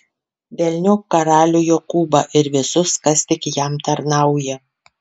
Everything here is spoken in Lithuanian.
velniop karalių jokūbą ir visus kas tik jam tarnauja